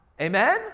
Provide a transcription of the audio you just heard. amen